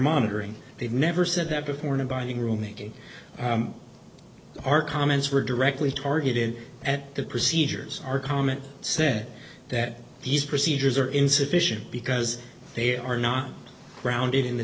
monitoring they've never said that before non binding room making our comments were directly targeted at the procedures are common said that these procedures are insufficient because they are not grounded in the